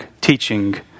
teaching